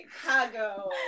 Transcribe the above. Chicago